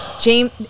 James